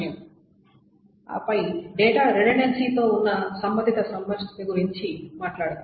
సరే ఆపై data redundancy లో ఉన్న సంబంధిత సమస్య గురించి మాట్లాడుకుందాం